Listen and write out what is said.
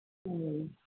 ਹੂੰ